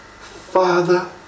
Father